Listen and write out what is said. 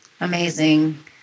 Amazing